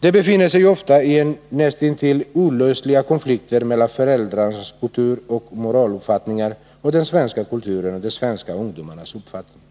De befinner sig ofta i näst intill olösliga konflikter mellan föräldrarnas kulturoch moraluppfattning och den svenska kulturen och den svenska ungdomens uppfattning.